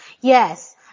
Yes